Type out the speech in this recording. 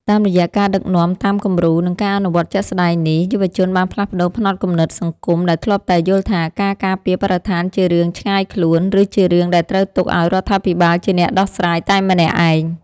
តាមរយៈការដឹកនាំតាមគំរូ និងការអនុវត្តជាក់ស្ដែងនេះ យុវជនបានផ្លាស់ប្តូរផ្នត់គំនិតសង្គមដែលធ្លាប់តែយល់ថា ការការពារបរិស្ថានជារឿងឆ្ងាយខ្លួន ឬជារឿងដែលត្រូវទុកឱ្យរដ្ឋាភិបាលជាអ្នកដោះស្រាយតែម្នាក់ឯង។